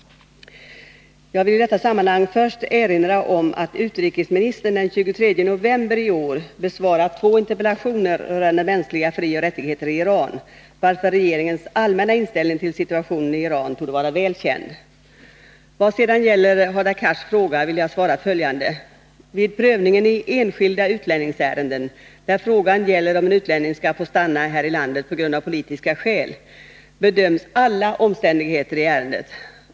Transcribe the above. Jag vill i detta sammanhang först erinra om att utrikesministern den 23 november i år besvarat två interpellationer rörande mänskliga frioch rättigheter i Iran, varför regeringens allmänna inställning till situationen i Iran torde vara väl känd. Vad sedan gäller Hadar Cars fråga vill jag svara följande. Vid prövningen i enskilda utlänningsärenden där frågan gäller om en utlänning skall få stanna här i landet av politiska skäl bedöms alla omständigheter i ärendet.